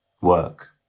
work